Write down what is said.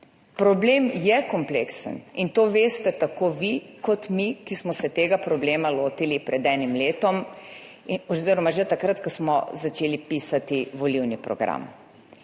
Problem je kompleksen in to veste tako vi kot mi, ki smo se tega problema lotili pred enim letom oziroma že takrat, ko smo začeli pisati volilni program.